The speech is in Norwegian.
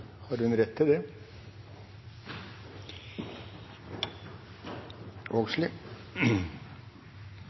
har hun rett til det.